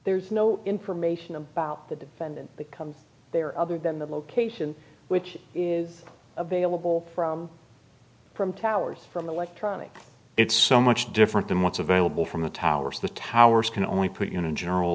there's no information about that and then become there other than the location which is available from from towers from the electronic it's so much different than what's available from the towers the towers can only put you in a general